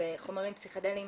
בחומרים פסיכדליים